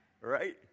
right